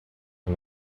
que